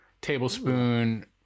tablespoon